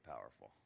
powerful